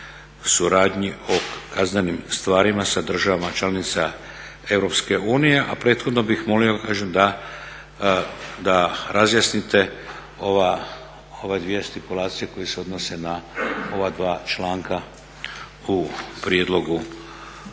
suradnji o kaznenim stvarima sa državama članica Europske unije, a prethodno bih molio kažem da razjasnite ove dvije stipulacije koje odnose na ova dva članka u prijedlogu